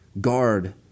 Guard